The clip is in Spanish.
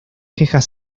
quejas